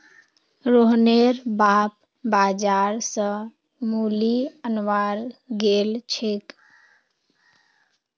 रोहनेर बाप बाजार स मूली अनवार गेल छेक